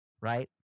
right